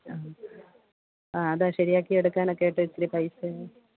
ആ ആ അതാ ശരിയാക്കി എടുക്കാനൊക്കെ ആയിട്ട് ഇച്ചിരി പൈസ